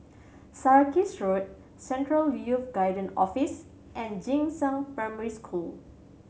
Sarkies Road Central Youth Guidance Office and Jing Shan Primary School